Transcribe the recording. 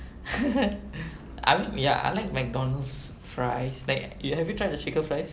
I ya I like McDonald's fries like have you tried the shaker fries